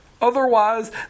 Otherwise